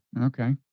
Okay